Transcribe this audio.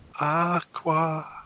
aqua